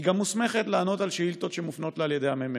היא מוסמכת גם לענות על שאילתות שמופנות אליה על ידי הממ"מ.